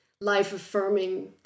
life-affirming